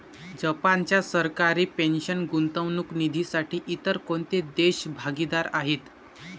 जपानच्या सरकारी पेन्शन गुंतवणूक निधीसाठी इतर कोणते देश भागीदार आहेत?